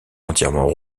entièrement